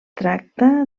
tracta